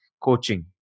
coaching